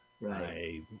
Right